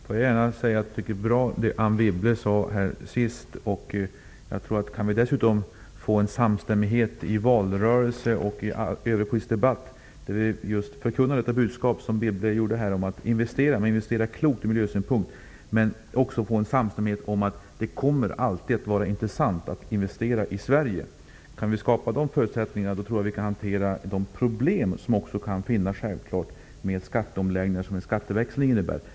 Fru talman! Det Anne Wibble sade sist tycker jag var bra. I valrörelsen och i övrig politisk debatt förkunnar vi just detta budskap att man skall investera klokt ur miljösynpunkt. Det vore bra om vi dessutom kunde få en samstämmighet om att det alltid kommer att vara intressant att investera i Sverige. Om vi kan skapa de förutsättningarna tror jag att vi kan hantera de problem som självfallet kan finnas med en sådan skatteomläggning som en skatteväxling innebär.